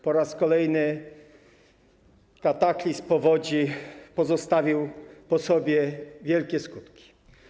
Po raz kolejny kataklizm powodzi pozostawił po sobie wielkie skutki.